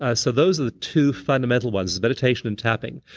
ah so those are the two fundamental ones, is meditation and tapping.